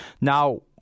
Now